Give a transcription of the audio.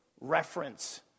reference